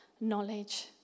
knowledge